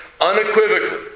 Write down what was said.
unequivocally